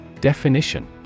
Definition